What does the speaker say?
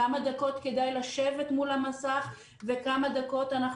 כמה דקות כדאי לשבת מול המסך וכמה דקות או